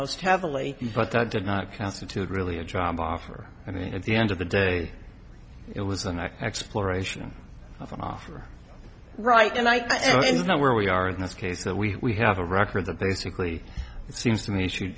most heavily but that did not constitute really a job offer i mean at the end of the day it was an act exploration of an offer right and i know where we are in this case that we have a record that basically it seems to me sh